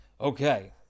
Okay